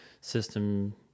system